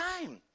time